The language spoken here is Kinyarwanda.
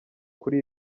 kuri